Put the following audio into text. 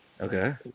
Okay